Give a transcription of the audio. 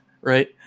right